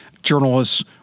journalists